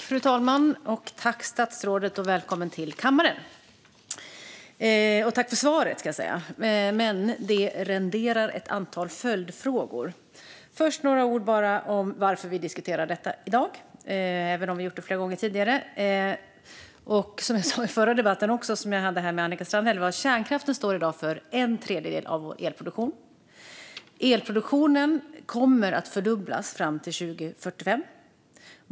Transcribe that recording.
Fru talman! Jag tackar statsrådet för svaret. Välkommen till kammaren! Svaret renderar ett antal följdfrågor. Låt mig först säga några ord om varför vi diskuterar denna fråga i dag, även om vi har gjort det flera gånger tidigare. I min förra debatt med Annika Strandhäll sa jag att kärnkraften i dag står för en tredjedel av vår elproduktion. Elproduktionen kommer att fördubblas fram till 2045.